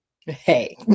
hey